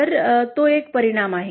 तर तो एक परिणाम आहे